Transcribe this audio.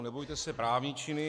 Nebojte se právničiny.